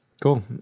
Cool